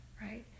right